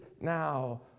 now